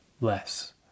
less